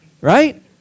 right